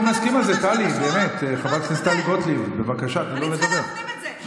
אני צריכה להפנים את זה.